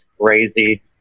crazy